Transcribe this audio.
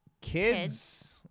Kids